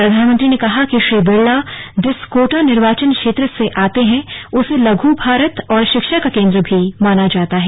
प्रधानमंत्री ने कहा कि श्री बिड़ला जिस कोटा निर्वाचन क्षेत्र से आते हैं उसे लघु भारत और शिक्षा का केंद्र भी माना जाता है